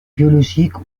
biologiques